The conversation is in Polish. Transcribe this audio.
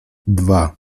dwa